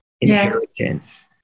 inheritance